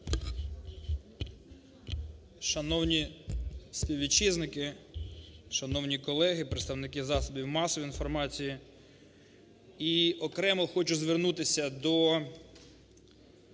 Шановні співвітчизники, шановні колеги, представники засобів масової інформації! Ч окремо хочу звернутися до